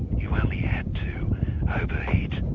you only had to overheat,